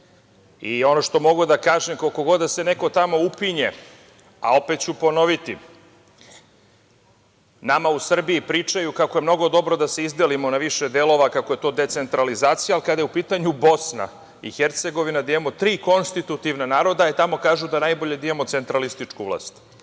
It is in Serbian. i ono što mogu da kažem koliko god da se tamo neko upinje, a opet ću ponoviti, nama u Srbiji pričaju kako je mnogo dobro da se izdelimo na više delova, kako je decentralizacija, a kada je u pitanju BiH gde ima tri konstitutivna naroda tamo kažu da je najbolje da imamo centralističku vlast